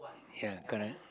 ya correct